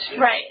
Right